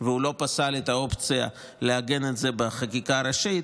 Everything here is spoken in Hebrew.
והוא לא פסל את האופציה לעגן את זה בחקיקה ראשית.